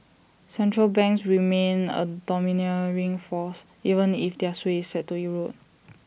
central banks remain A domineering force even if their sway is set to erode